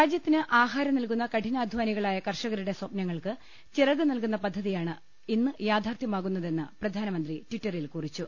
രാജ്യത്തിന് ആഹാരം നൽകുന്ന കഠിനാധാനികളായ കർഷകരുടെ സ്വപ്നങ്ങൾക്ക് ചിറക് നൽകുന്ന പദ്ധതി യാണ് ഇന്ന് യാഥാർത്ഥ്യമാകുന്നതെന്ന് പ്രധാനമന്ത്രി ടിറ്ററിൽ കുറിച്ചു